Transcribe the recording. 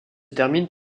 terminent